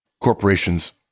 corporations